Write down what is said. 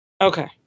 Okay